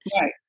Right